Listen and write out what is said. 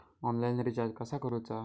Online recharge कसा करूचा?